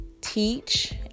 teach